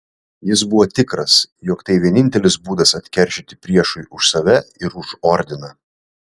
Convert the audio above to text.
jis buvo tikras jog tai vienintelis būdas atkeršyti priešui už save ir už ordiną